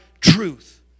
truth